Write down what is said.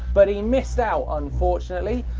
but he missed out, unfortunately.